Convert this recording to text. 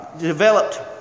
developed